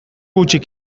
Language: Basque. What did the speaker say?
hutsik